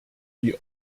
die